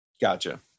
Gotcha